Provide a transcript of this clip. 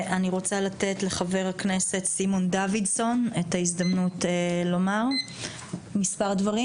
אני רוצה לתת לחבר הכנסת סימון דוידסון את ההזדמנות לומר מספר דברים.